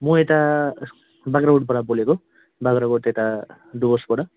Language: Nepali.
म यता बाग्राकोटबाट बोलेको बाग्राकोट यता डुवर्सबाट